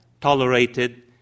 tolerated